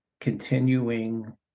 continuing